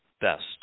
best